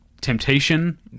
temptation